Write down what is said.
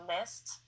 list